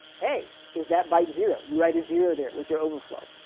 hey, is that byte zero? you write a zero there, with your overflow.